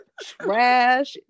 Trash